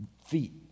feet